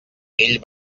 ell